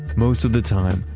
most of the time,